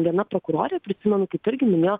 viena prokurorė prisimenu kaip irgi minėjo